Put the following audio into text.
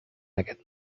aquest